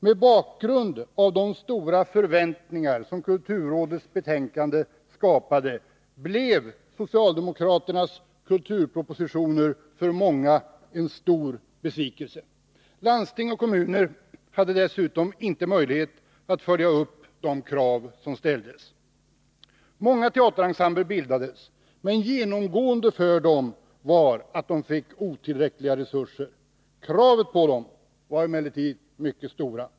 Med tanke på de stora förväntningar som kulturrådets utlåtande skapade blev socialdemokraternas kulturproposition för många en stor besvikelse. Landsting och kommuner hade dessutom inte möjlighet att följa upp de krav som ställdes. Många teaterensembler bildades, men genomgående för dem var att de fick otillräckliga resurser. Kraven på dem var emellertid mycket stora.